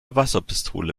wasserpistole